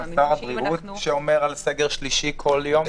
-- גם שר הבריאות, שמדבר על סגר שלישי כל יום?